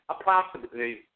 Approximately